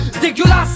dégueulasse